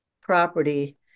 property